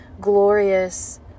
glorious